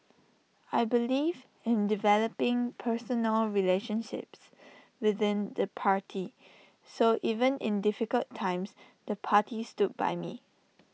I believe in developing personal relationships within the party so even in difficult times the party stood by me